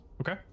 Okay